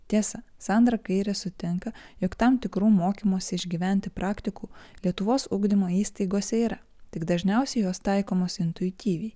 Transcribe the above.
tiesa sandra kairė sutinka jog tam tikrų mokymosi išgyventi praktikų lietuvos ugdymo įstaigose yra tik dažniausiai jos taikomos intuityviai